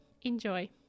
Enjoy